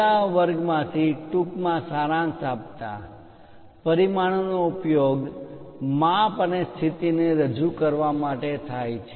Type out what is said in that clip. છેલ્લા વર્ગોમાંથી ટૂંકમાં સારાંશ આપતા પરિમાણોનો ઉપયોગ માપ અને સ્થિતિને રજૂ કરવા માટે થાય છે